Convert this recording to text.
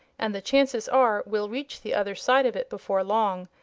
and the chances are we'll reach the other side of it before long.